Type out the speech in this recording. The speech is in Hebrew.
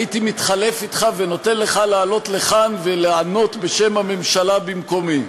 הייתי מתחלף אתך ונותן לך לעלות לכאן ולענות בשם הממשלה במקומי,